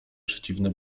przeciwne